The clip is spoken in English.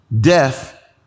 Death